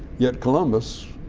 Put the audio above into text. yet columbus,